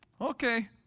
Okay